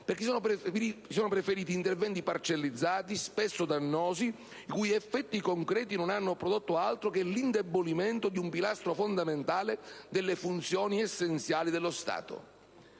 Si sono preferiti infatti interventi parcellizzati, spesso dannosi, i cui effetti concreti non hanno prodotto altro che l'indebolimento di un pilastro fondamentale delle funzioni essenziali dello Stato.